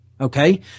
okay